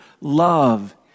love